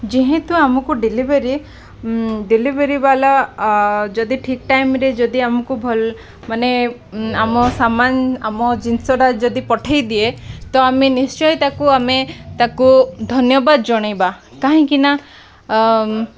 ଯେହେତୁ ଆମକୁ delivery delivery ବାଲା ଯଦି ଠିକ୍ ଟାଇମ୍ରେ ଯଦି ଆମକୁ ଭଲ ମାନେ ଆମ ସାମାନ ଆମ ଜିନିଷଟା ଯଦି ପଠେଇଦିଏ ତ ଆମେ ନିଶ୍ଚୟ ତାକୁ ଆମେ ତାକୁ ଧନ୍ୟବାଦ ଜଣେଇବା କାହିଁକିନା